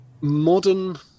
modern